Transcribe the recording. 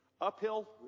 Uphill